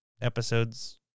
episodes